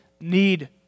need